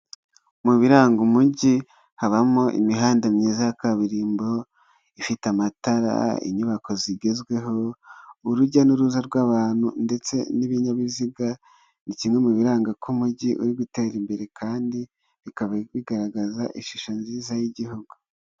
Mu biranga Umujyi habamo imihanda myiza ya kaburimbo ifite amatara, inyubako zigezweho, urujya n'uruza rw'abantu ndetse n'ibinyabiziga ni kimwe mu biranga ko Umujyi uri gutera imbere, kandi bikaba bigaragaza ishusho nziza y'Igihugu.